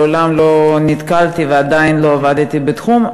מעולם לא נתקלתי ועדיין לא עבדתי בתחום.